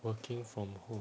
working from home